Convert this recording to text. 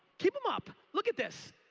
keep em up. look at this.